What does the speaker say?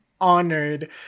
honored